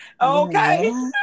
okay